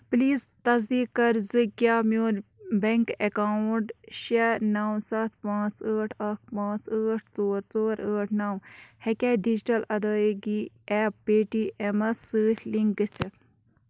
please تصدیٖق کَر زٕ کیٛاہ میون بٮ۪نٛک اٮ۪کاوُنٛٹ شےٚ نَو سَتھ پانٛژھ ٲٹھ اَکھ پانٛژھ ٲٹھ ژور ژور ٲٹھ نَو ہیٚکیاہ ڈِجٹَل ادائیگی ایپ پے ٹی اٮ۪مَس سۭتۍ لِنٛک گٔژھِتھ